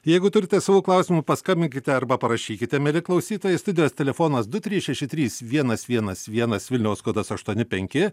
jeigu turite savų klausimų paskambinkite arba parašykite mieli klausytojai studijos telefonas du trys šeši trys vienas vienas vienas vilniaus kodas aštuoni penki